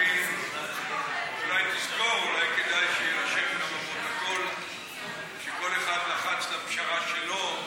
אולי כדאי שיירשם גם בפרוטוקול שכל אחד לחץ לפשרה שלו.